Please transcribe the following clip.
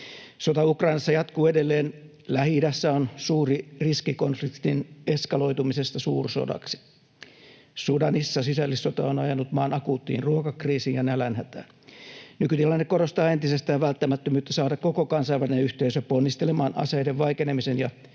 Sota Ukrainassa jatkuu edelleen. Lähi-idässä on suuri riski konfliktin eskaloitumisesta suursodaksi. Sudanissa sisällissota on ajanut maan akuuttiin ruokakriisiin ja nälänhätään. Nykytilanne korostaa entisestään välttämättömyyttä saada koko kansainvälinen yhteisö ponnistelemaan aseiden vaikenemisen ja